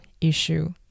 issue